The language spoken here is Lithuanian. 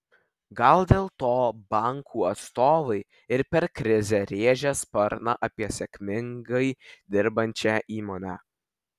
gal dėl to bankų atstovai ir per krizę rėžia sparną apie sėkmingai dirbančią įmonę